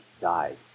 died